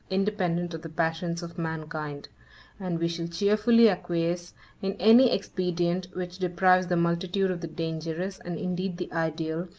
independent of the passions of mankind and we shall cheerfully acquiesce in any expedient which deprives the multitude of the dangerous, and indeed the ideal,